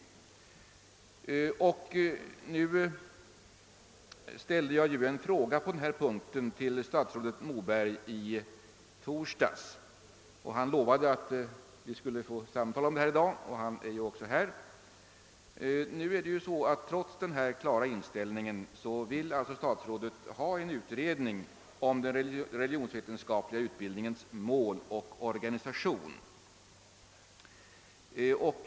På denna punkt ställde jag i torsdags. en fråga till statsrådet Moberg, och han lovade då att vi skulle få ett samtal on»: detta i dag. : Nu är det ju så, att trots denna kla-. ra inställning vill statsrådet ha en utredning om den religionsvetenskapliga utbildningens mål och organisation.